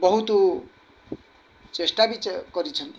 ବହୁତ ଚେଷ୍ଟା ବି କରିଛନ୍ତି